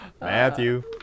Matthew